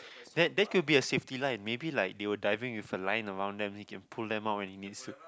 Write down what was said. that that could be a safety line maybe like they were diving with a line around them so can pull them out when it needs to